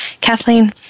Kathleen